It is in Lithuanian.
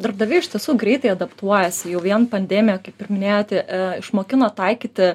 darbdaviai iš tiesų greitai adaptuojasi jau vien pandemija kaip ir minėjote išmokino taikyti